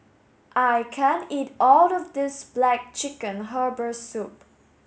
I can't eat all of this black chicken herbal soup